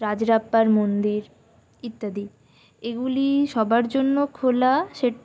রাজরাপ্পার মন্দির ইত্যাদি এগুলি সবার জন্য খোলা